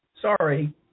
Sorry